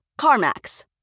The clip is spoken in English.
CarMax